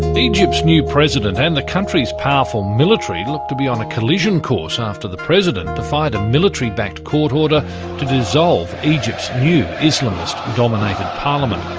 egypt's new president and the country's powerful military look to be on a collision course after the president defied a military backed court order to dissolve egypt's new islamist-dominated parliament.